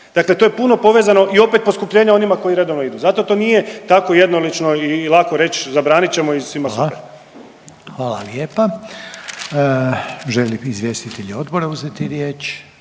dakle to je puno povezano i opet poskupljenje onima koji redovno idu, zato to nije tako jednolično i lako reć zabranit ćemo i svima super. **Reiner, Željko (HDZ)** Hvala, hvala lijepa. Želi li izvjestitelj odbora uzeti riječ?